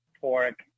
pork